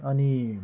अनि